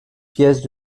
pièce